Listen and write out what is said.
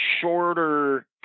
shorter